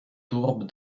tourbe